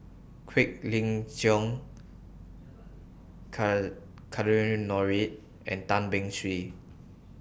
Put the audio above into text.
Quek Ling Nordin and Tan Beng Swee